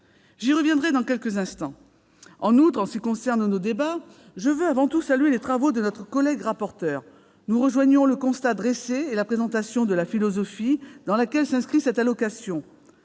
J'y reviendrai dans quelques instants. En ce qui concerne nos débats, je veux avant tout saluer les travaux de notre collègue rapporteur. Nous rejoignons le constat qu'elle a dressé et sa présentation de la philosophie dans laquelle s'inscrit cette allocation.